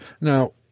now